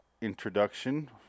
introduction